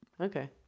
Okay